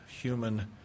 human